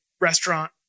restaurant